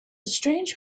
strange